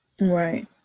Right